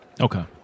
Okay